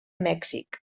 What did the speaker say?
mèxic